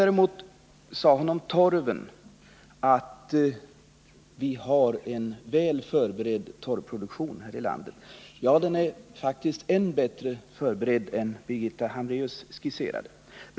Däremot vill jag kommentera hennes uttalande att vi här i landet är väl förberedda för en torvproduktion. Den är faktiskt än bättre förberedd än vad Birgitta Hambraeus skisserade.